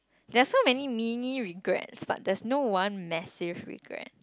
there are so many mini regrets but there's no one massive regret